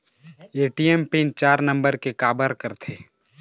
ATM PIN चार number के काबर करथे?